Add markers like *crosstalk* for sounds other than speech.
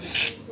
*noise*